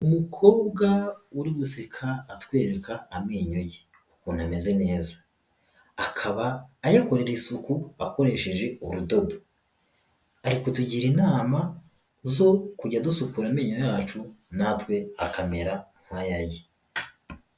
Umukobwa uri guseka atwereka amenyo ye ukuntu ameze neza, akaba ayakorera isuku akoresheje urudodo. Ari kutugira inama zo kujya dusukura amenyo yacu natwe akamera nk'aya ye.